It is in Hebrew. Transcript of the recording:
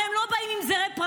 הרי הם לא באים עם זרי פרחים,